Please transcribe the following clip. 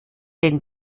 den